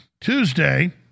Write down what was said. Tuesday